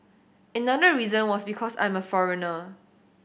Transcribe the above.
another reason was because I'm a foreigner